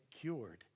cured